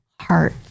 heart